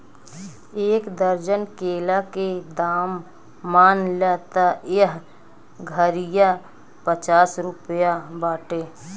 एक दर्जन केला के दाम मान ल त एह घारिया पचास रुपइआ बाटे